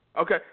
Okay